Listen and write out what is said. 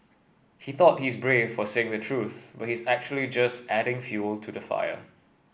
he thought he's brave for saying the truth but he's actually just adding fuel to the fire